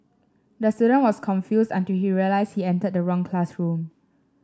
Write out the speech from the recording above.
the student was confused until he realised he entered the wrong classroom